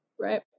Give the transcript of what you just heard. Right